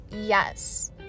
yes